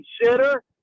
consider